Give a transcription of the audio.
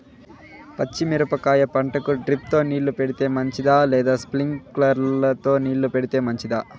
పచ్చి మిరపకాయ పంటకు డ్రిప్ తో నీళ్లు పెడితే మంచిదా లేదా స్ప్రింక్లర్లు తో నీళ్లు పెడితే మంచిదా?